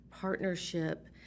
partnership